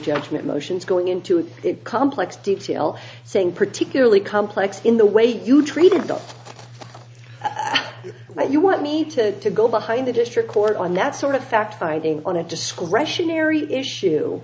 judgment motions going into the complex detail saying particularly complex in the way you treated the right you want me to to go behind the district court on that sort of fact finding on a discretionary issue